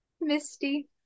misty